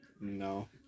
no